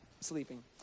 sleeping